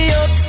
up